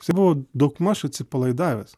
jis buvo daugmaž atsipalaidavęs